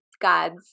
God's